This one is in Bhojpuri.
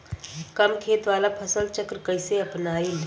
कम खेत वाला फसल चक्र कइसे अपनाइल?